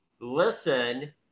listen